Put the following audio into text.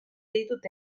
ditut